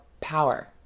power